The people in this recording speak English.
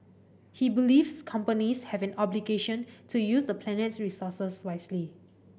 he believes companies have an obligation to use the planet's resources wisely